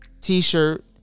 t-shirt